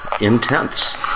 Intense